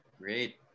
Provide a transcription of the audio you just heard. Great